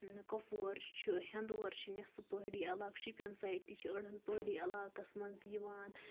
کۄپوور چھُ ہیوندوور چھُ نٮ۪صف پہٲڑی عَلاقہٕ شُپیَن سایڈ تہِ چھِ أڑہن پہٲڑی عَلاقَس مَنٛز یِوان